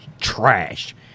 trash